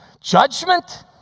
Judgment